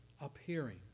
appearing